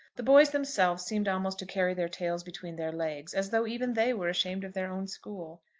the boys themselves seemed almost to carry their tails between their legs, as though even they were ashamed of their own school.